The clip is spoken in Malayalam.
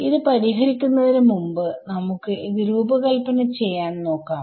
ഇത് പരിഹരിക്കുന്നതിന് മുമ്പ് നമുക്ക്ഇത് രൂപകല്പ്പന ചെയ്യാൻ നോക്കാം